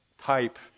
type